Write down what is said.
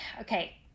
okay